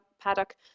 paddock